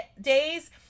days